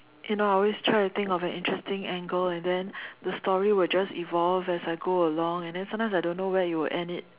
you know I always try to think of an interesting angle and then the story will just evolve as I go along and then sometimes I don't know where it will end it